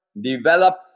develop